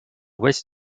ouest